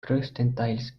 größtenteils